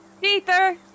Peter